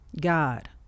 God